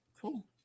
cool